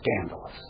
scandalous